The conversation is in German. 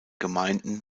gemeinden